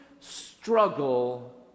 struggle